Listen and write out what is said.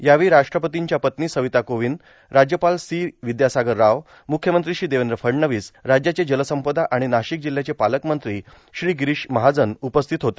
यावेळी राष्ट्रपतींच्या पत्नी श्रीमती सविता कोविंद राज्यपाल श्री चेव्नामनेनी विद्यासागर राव मुख्यमंत्री श्री देवेंद्र फडणवीस राज्याचे जलसंपदा आणि नाशिक जिल्हयाचे पालकमंत्री श्री गिरीश महाजन उपस्थित होते